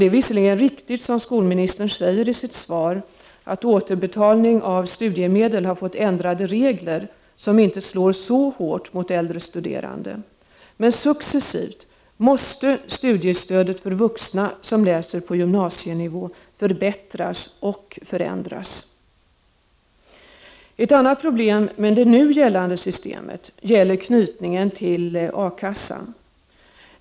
Det är visserligen riktigt som skolministern säger i sitt svar, att återbetalningen av studiemedel har fått ändrade regler som inte slår så hårt mot äldre studerande. Successivt måste dock studiestödet för vuxna som läser på gymnasienivå förbättras och förändras. Ett annat problem med det nu gällande systemet gäller knytningen till A kassan.